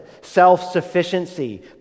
self-sufficiency